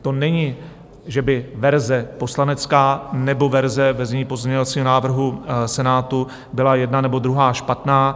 To není, že by verze poslanecká nebo verze ve znění pozměňovacího návrhu Senátu byla jedna nebo druhá špatná.